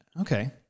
Okay